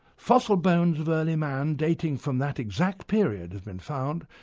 fossil bones of early man dating from that exact period have been found,